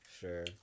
Sure